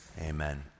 amen